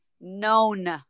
known